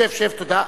שב, שב, תודה.